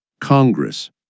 Congress